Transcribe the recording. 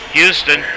Houston